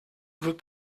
veut